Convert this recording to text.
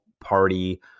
party